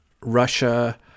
Russia